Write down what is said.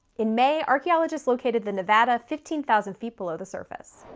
in may, archaeologists located the nevada fifteen thousand feet below the surface.